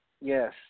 yes